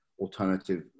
alternative